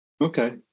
Okay